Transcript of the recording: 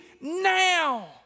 now